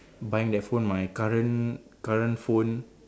buying that phone my current current phone